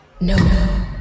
No